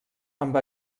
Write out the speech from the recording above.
amb